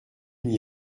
n’y